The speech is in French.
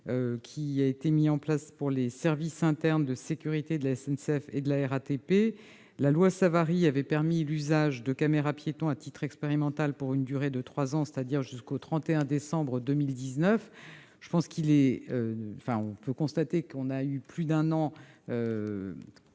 mis en place pour les services internes de sécurité de la SNCF et de la RATP. La loi Savary a permis l'usage de caméras-piétons à titre expérimental pour une durée de trois ans, soit jusqu'au 31 décembre 2019. Entre la prise de connaissances du